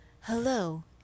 Hello